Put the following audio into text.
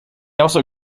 also